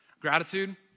Gratitude